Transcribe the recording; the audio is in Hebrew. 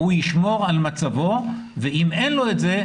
הוא ישמור על מצבו ואם אין לו את זה,